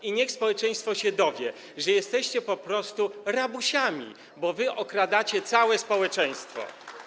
I niech społeczeństwo się dowie, że jesteście po prostu rabusiami, bo wy okradacie całe społeczeństwo.